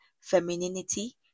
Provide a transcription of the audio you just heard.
femininity